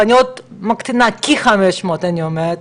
אני עוד מקטינה כשאני אומרת כ-500,000,